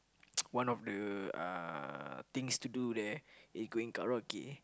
one of the uh things to do there is going karaoke